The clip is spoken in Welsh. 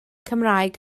cymraeg